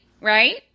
Right